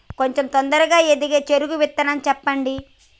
కొంచం తొందరగా ఎదిగే చెరుకు విత్తనం చెప్పండి?